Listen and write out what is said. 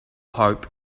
hope